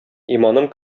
иманым